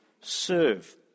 serve